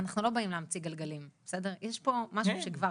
אנחנו לא באים להמציא גלגלים, יש פה משהו שכבר